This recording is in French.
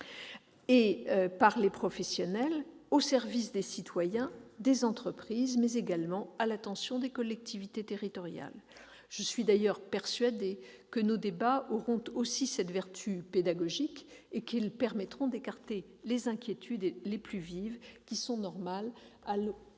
et par les professionnels au service des citoyens, des entreprises, mais également à l'attention des collectivités territoriales. Je suis d'ailleurs persuadée que nos débats auront aussi cette vertu pédagogique et qu'ils permettront d'écarter les inquiétudes les plus vives qu'il est normal de ressentir